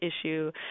issue